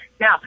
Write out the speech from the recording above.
Now